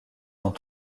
dans